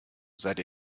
seid